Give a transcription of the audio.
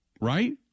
Right